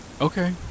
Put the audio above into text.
Okay